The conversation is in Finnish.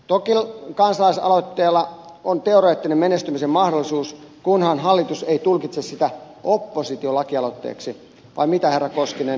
toki kansalaisaloitteella on teoreettinen menestymisen mahdollisuus kunhan hallitus ei tulkitse sitä oppositiolakialoitteeksi vai mitä herra koskinen lakivaliokunnan puheenjohtaja